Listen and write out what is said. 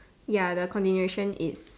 ya the continuation it's